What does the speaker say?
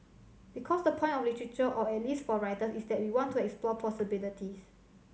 because the point of literature or at least for writers is that we want to explore possibilities